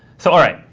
so all right.